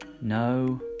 No